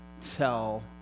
tell